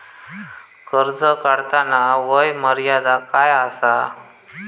कर्ज काढताना वय मर्यादा काय आसा?